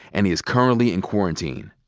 and he is currently in quarantine.